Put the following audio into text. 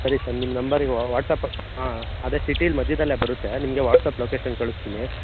ಸರಿ ಸರ್ ನಿಮ್ಮ ನಂಬರಿಗೆ ವಾಟ್ಸ್ಆ್ಯಪ್ ಹಾಂ ಅದೇ ಸಿಟಿಲಿ ಮಧ್ಯದಲ್ಲೆ ಬರುತ್ತೆ ನಿಮಗೆ ವಾಟ್ಸ್ಆ್ಯಪ್ ಲೊಕೇಶನ್ ಕಳಿಸ್ತೀನಿ